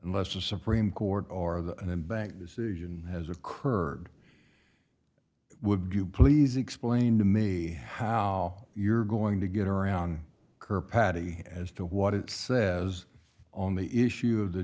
unless the supreme court or the then bank decision has occurred would you please explain to me how you're going to get around her patty as to what it says on the issue of the